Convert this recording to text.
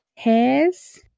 Hairs